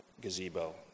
gazebo